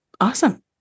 Awesome